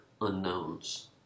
unknowns